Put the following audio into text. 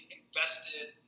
invested